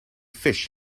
fish